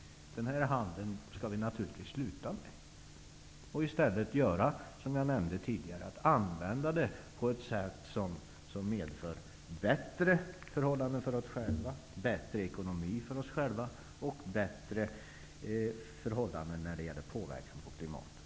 Den här handeln skall vi naturligtvis sluta med och i stället, som jag nämnde tidigare, använda dessa oljor på ett sätt som medför bättre förhållanden för oss själva, bättre ekonomi för oss själva och bättre förutsättningar när det gäller påverkan på klimatet.